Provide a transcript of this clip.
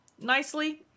nicely